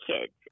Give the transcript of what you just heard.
kids